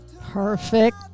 perfect